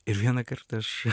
ir vieną kartą aš